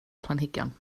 planhigion